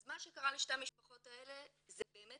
אז מה שקרה לשתי המשפחות האלה זה באמת